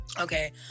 okay